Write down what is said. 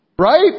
Right